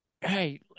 Hey